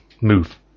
move